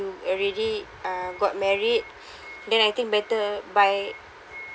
you already uh got married then I think better buy